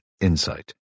Insight